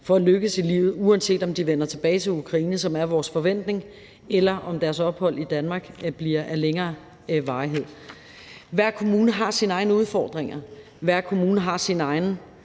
for at lykkes i livet, uanset om de vender tilbage til Ukraine, hvilket er vores forventning, eller om deres ophold i Danmark bliver af længere varighed. Hver kommune har sine egne udfordringer, hver kommune har sine egne